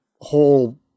whole